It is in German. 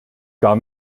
gar